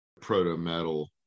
proto-metal